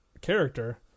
character